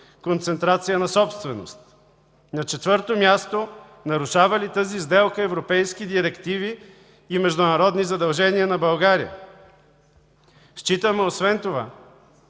концентрация на собственост. На четвърто място, нарушава ли тази сделка европейски директиви и международни задължения на България? Освен това